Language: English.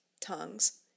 tongues